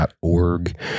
.org